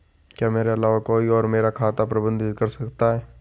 क्या मेरे अलावा कोई और मेरा खाता प्रबंधित कर सकता है?